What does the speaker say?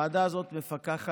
הוועדה הזאת מפקחת